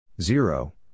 Zero